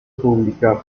públicas